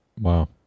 Wow